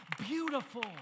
beautiful